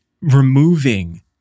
removing